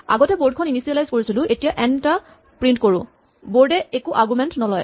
আগতে বৰ্ড খন ইনিচিয়েলাইজ কৰিছিলো এতিয়া এন টা প্ৰিন্ট কৰো বৰ্ড এ একো আৰগুমেন্ট নলয়